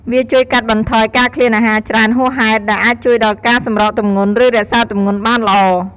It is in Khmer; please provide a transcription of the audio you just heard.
វាជួយកាត់បន្ថយការឃ្លានអាហារច្រើនហួសហេតុ ដែលអាចជួយដល់ការសម្រកទម្ងន់ ឬរក្សាទម្ងន់បានល្អ។